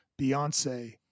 Beyonce